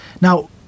Now